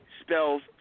spells